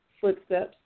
footsteps